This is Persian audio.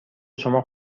شما